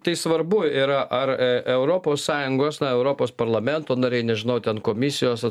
tai svarbu yra ar europos sąjungos na europos parlamento nariai nežinau ten komisijos